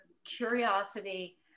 curiosity